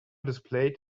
displayed